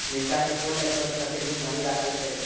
मिर्चा केँ cold store मे कतेक दिन धरि राखल छैय?